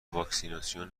واکسیناسیون